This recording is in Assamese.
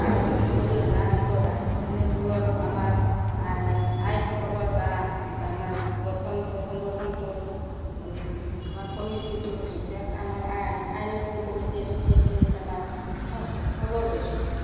অৰিহণা আগবঢ়াই সেনেকৈও অলপ আমাৰ আই আইসকলৰ বা আমাৰ গঠনটোৰ সংগঠনটোৰ এই আমাৰ কমিটিটো যিটো আমাৰ আইমাতৃৰ কমিটি আছে সেইখিনিত আমাৰ খবৰ লৈছে